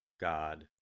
God